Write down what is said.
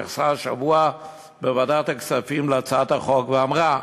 התייחסה השבוע בוועדת הכספים להצעת החוק ואמרה,